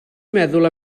meddwl